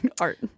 art